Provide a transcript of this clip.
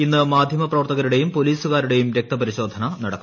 ഇന്ന് മാധ്യമ പ്രവർത്തകരുടെയും പോലീസുകാരുടെയും രക്ത പരിശോധന നടക്കും